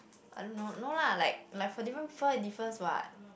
I don't know no lah like for different people it differs [what]